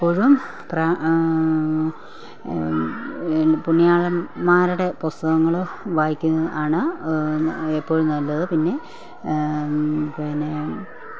ഇപ്പോഴും എന് പുണ്യാളന്മാരുടെ പുസ്തകങ്ങൾ വായിക്കുന്നത് ആണ് എപ്പോഴും നല്ലത് പിന്നെ പിന്നെ